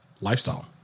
lifestyle